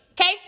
Okay